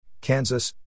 Kansas